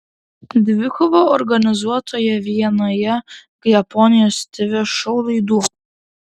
dvikovą organizuotoje vienoje japonijos tv šou laidų